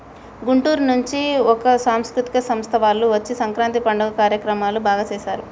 గుంటూరు నుంచి ఒక సాంస్కృతిక సంస్థ వాళ్ళు వచ్చి సంక్రాంతి పండుగ కార్యక్రమాలు బాగా సేశారు